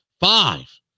Five